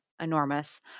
enormous